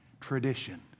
Tradition